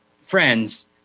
friends